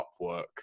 Upwork